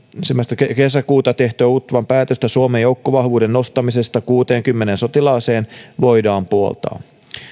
kesäkuuta tehtyä utvan päätöstä suomen joukkovahvuuden nostamisesta kuuteenkymmeneen sotilaaseen voidaan puoltaa